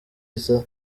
iza